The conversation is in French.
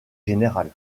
générale